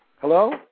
Hello